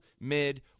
mid